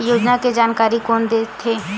योजना के जानकारी कोन दे थे?